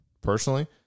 Personally